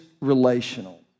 relational